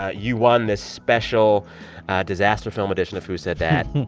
ah you won this special disaster film edition of who said that?